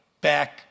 back